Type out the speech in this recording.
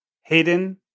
Hayden